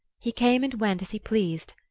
he came and went as he pleased,